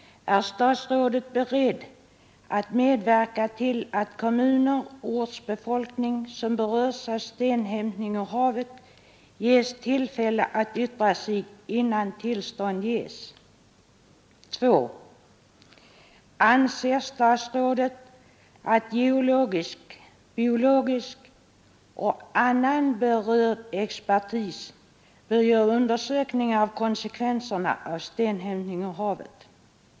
Är statsrådet beredd medverka till att kommuner och ortsbefolkning som berörs av stenhämtning ur havet ges tillfälle att yttra sig innan tillstånd lämnas? 2. Anser statsrådet att geologisk, biologisk och annan berörd expertis bör göra undersökningar av konsekvenserna av stenhämtning ur havet?